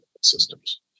systems